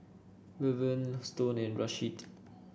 Luverne Stone and Rasheed